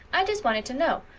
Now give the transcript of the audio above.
i just wanted to know.